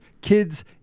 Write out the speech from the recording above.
kids